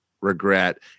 regret